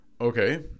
okay